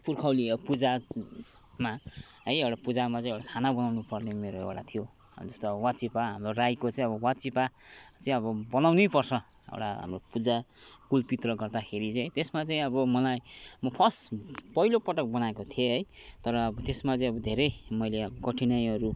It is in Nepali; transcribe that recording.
पुर्खौली अब पूजामा है एउटा पूजामा चाहिँ एउटा खाना बनाउनु पर्ने मेरो एउटा थियो जस्तो अब वाचिपा हाम्रो राईको चाहिँ अब वाचिपा चाहिँ अब बनाउनै पर्छ एउटा हाम्रो पूजा कुल पित्र गर्दाखेरि चाहिँ है त्यसमा चाहिँ अब मलाई मो फर्स्ट पहिलोपटक बनाएको थिएँ है तर अब त्यसमा चाहिँ अब धेरै मैले अब कठिनाईहरू